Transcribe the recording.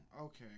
Okay